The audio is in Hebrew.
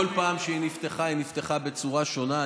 כל פעם שהיא נפתחה, היא נפתחה בצורה שונה.